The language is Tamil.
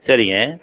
சரிங்க